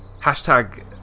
Hashtag